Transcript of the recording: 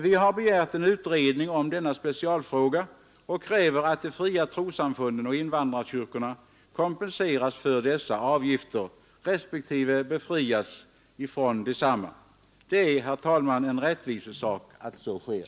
Vi har begärt en utredning om denna specialfråga och kräver att de fria trossamfunden och invandrarkyrkorna kompenseras för dessa avgifter respektive befrias från desamma. Det är, herr talman, en rättvis sak att så sker.